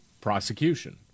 prosecution